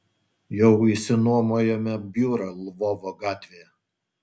jau išsinuomojome biurą lvovo gatvėje